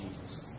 Jesus